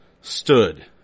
stood